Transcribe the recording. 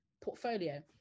portfolio